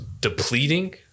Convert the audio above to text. depleting